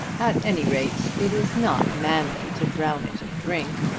at any rate it is not manly to drown it in drink.